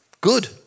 good